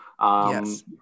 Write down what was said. Yes